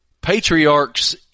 patriarchs